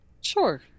Sure